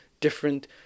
different